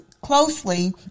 closely